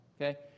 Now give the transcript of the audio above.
okay